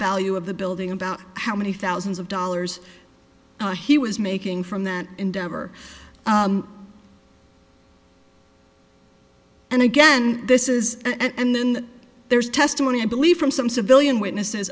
value of the building about how many thousands of dollars he was making from that endeavor and again this is and then there's testimony i believe from some civilian witnesses